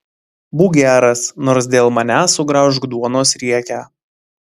būk geras nors dėl manęs sugraužk duonos riekę